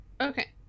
Okay